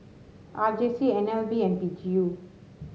R J C N L B and P G U